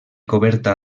coberta